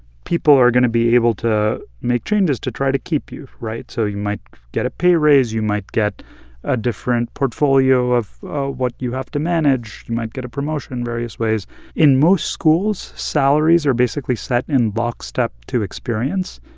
people are going to be able to make changes to try to keep you, right? so you might get a pay raise. you might get a different portfolio of what you have to manage. you might get a promotion in various ways in most schools, salaries are basically set in lockstep to experience,